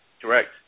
correct